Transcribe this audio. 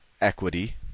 equity